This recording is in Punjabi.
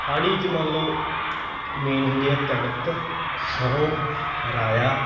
ਹਾੜ੍ਹੀ 'ਚ ਮੰਨ ਲਓ ਮੇਨ ਹੁੰਦੀ ਆ ਕਣਕ ਸਰੋਂ ਰਾਇਆ